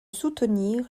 soutenir